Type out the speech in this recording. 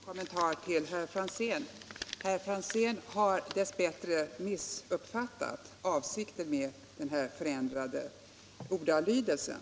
Herr talman! Först en kort kommentar till herr Franzén. Han har dess bättre missuppfattat avsikten med den förändrade ordalydelsen.